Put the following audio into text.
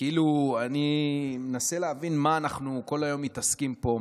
אני מנסה להבין במה אנחנו כל היום מתעסקים פה,